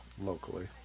locally